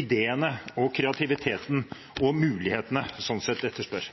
ideene, kreativiteten og mulighetene sånn sett etterspør.